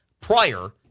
prior